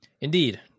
Indeed